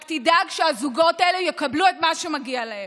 רק תדאג שהזוגות האלה יקבלו את מה שמגיע להם.